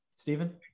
Stephen